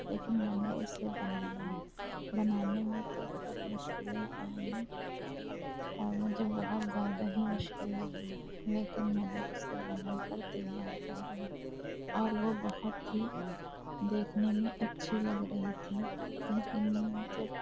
لیکن میں نے اسے بنایا بنانے میں تو بہت مشکلیں آئیں اور مجھے بہت زیادہ ہی مشکل لگی لیکن میں نے اسے بنا کر تیار کر دیا اور وہ بہت ہی دیکھنے میں اچھی لگ رہی تھی لیکن جب